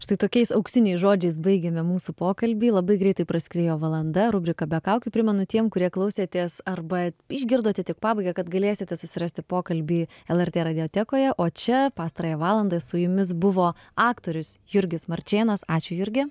štai tokiais auksiniais žodžiais baigiame mūsų pokalbį labai greitai praskriejo valanda rubrika be kaukių primenu tiem kurie klausėtės arba išgirdote tik pabaigą kad galėsite susirasti pokalbį lrt radiotekoje o čia pastarąją valandą su jumis buvo aktorius jurgis marčėnas ačiū jurgi